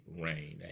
rain